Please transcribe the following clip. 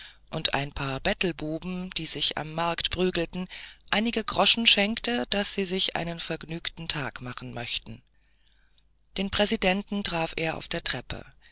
und ein paar bettelbuben die sich am markt prügelten einige groschen schenkte daß sie sich einen vergnügten tag machen möchten den präsidenten traf er auf der treppe